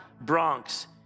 Bronx